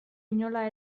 inola